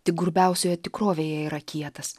tik grubiausioje tikrovėje yra kietas